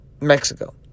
Mexico